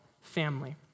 family